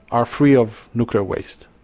are free of nuclear waste.